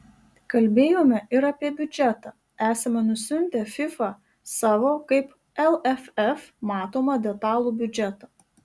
kalbėjome ir apie biudžetą esame nusiuntę fifa savo kaip lff matomą detalų biudžetą